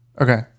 Okay